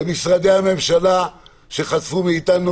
למשרדי הממשלה שחטפו מאתנו